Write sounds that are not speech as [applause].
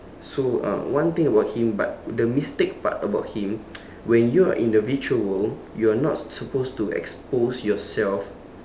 so um one thing about him but the mistake part about him [noise] when you are in the virtual world you are not supposed to expose yourself